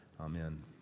Amen